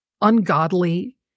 ungodly